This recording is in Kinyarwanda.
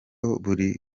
buri